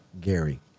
Gary